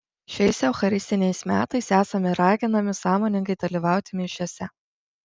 šiais eucharistiniais metais esame raginami sąmoningai dalyvauti mišiose